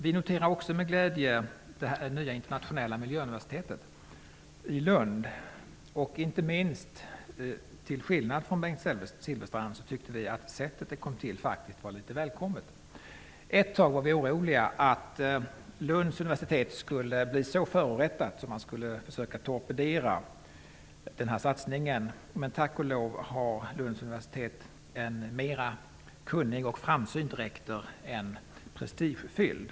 Vi noterar också med glädje beskedet om det nya internationella miljöuniversitetet i Lund. Till skillnad mot Bengt Silfverstrand tyckte vi att sättet det kom till på faktiskt var litet välkommet. Ett tag var vi oroliga att man på Lunds universitet skulle bli så förorättade att man skulle försöka torpedera den här satsningen. Men tack och lov har Lunds universitet en rektor som är mer kunnig och framsynt än prestigefylld.